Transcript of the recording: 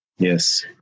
Yes